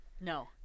No